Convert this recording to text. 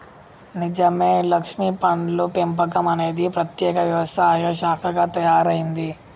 నిజమే లక్ష్మీ పండ్ల పెంపకం అనేది ప్రత్యేక వ్యవసాయ శాఖగా తయారైంది